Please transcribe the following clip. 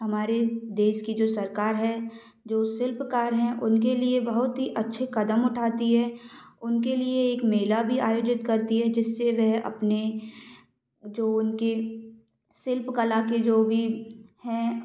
हमारे देश की जो सरकार है जो शिल्पकार हैं उनके लिए उनके लिए बहुत ही अच्छे कदम उठाती है उनके लिए एक मेला भी आयोजित करती है जिससे वह अपने जो उनके शिल्पकला के जो भी हैं